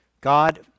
God